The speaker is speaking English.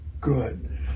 Good